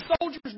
soldiers